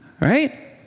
Right